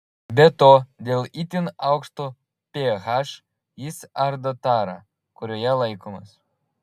be to dėl itin aukšto ph jis ardo tarą kurioje laikomas